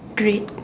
great